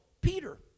Peter